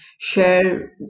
share